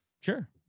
Sure